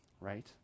right